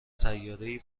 سیارهای